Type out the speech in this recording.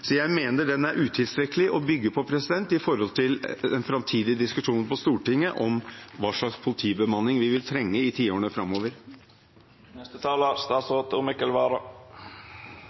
Så jeg mener den er utilstrekkelig å bygge på i den framtidige diskusjonen på Stortinget om hva slags politibemanning vi vil trenge i tiårene